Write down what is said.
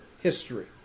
history